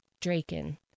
draken